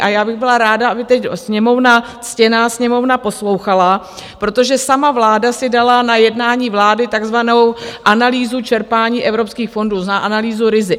A já bych byla ráda, aby teď Sněmovna, ctěná Sněmovna, poslouchala, protože sama vláda si dala na jednání vlády takzvanou analýzu čerpání evropských fondů, to znamená analýzu rizik.